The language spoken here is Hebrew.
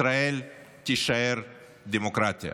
ישראל תישאר דמוקרטיה.